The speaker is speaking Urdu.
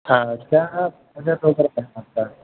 ہاں ہاں کیا آپ